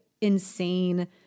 insane